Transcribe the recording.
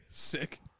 sick